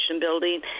Building